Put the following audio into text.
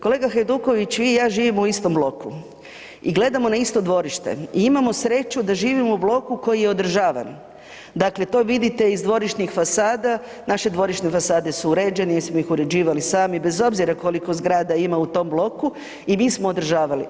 Kolega Hajduković vi i ja živimo u istom bloku i gledamo na isto dvorište i imamo sreću da živimo u bloku koji je održavan, dakle to vidite iz dvorišnih fasada, naše dvorišne fasade su uređene jer smo ih uređivali sami, bez obzira koliko zgrada ima u tom bloku i mi smo održavali.